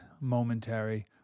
momentary